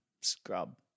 scrub